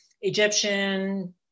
Egyptian